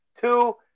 two